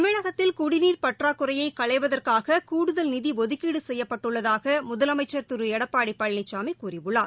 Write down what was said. தமிழகத்தில் குடிநீர் பற்றாக்குறைய களைவதற்காக கூடுதல் நிதி ஒதுக்கீடு செய்யப்பட்டுள்ளதாக முதலமைச்சர் திரு எடப்பாடி பழனிசாமி கூறியுள்ளார்